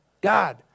God